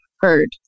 heard